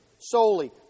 solely